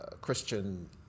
Christian